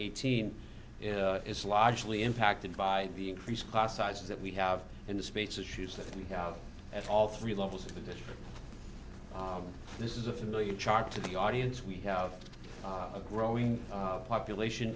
eighteen is largely impacted by the increase class sizes that we have in the space issues that we have at all three levels to this this is a familiar chart to the audience we have a growing population